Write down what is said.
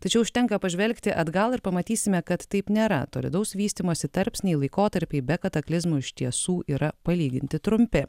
tačiau užtenka pažvelgti atgal ir pamatysime kad taip nėra tolydaus vystymosi tarpsniai laikotarpiai be kataklizmų iš tiesų yra palyginti trumpi